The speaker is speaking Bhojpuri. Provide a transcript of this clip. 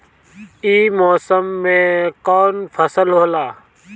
ई मौसम में कवन फसल होला?